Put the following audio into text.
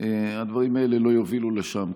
הדברים האלה לא יובילו לשם.